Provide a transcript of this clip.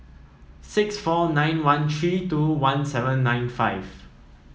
six four nine one three two one seven nine five